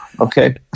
Okay